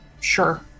Sure